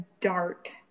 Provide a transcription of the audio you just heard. dark